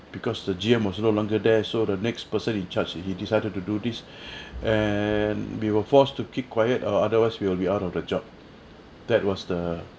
because the G_M was no longer there so the next person in charge he decided to do this and we were forced to keep quiet or otherwise we will be out of the job that was the